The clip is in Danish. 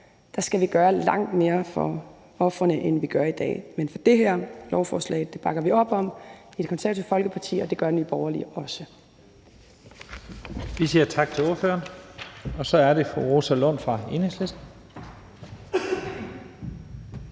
vi skal gøre langt mere for ofrene, end vi gør i dag. Men det her lovforslag bakker vi op om det i Det Konservative Folkeparti, og det gør Nye Borgerlige også.